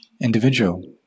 individual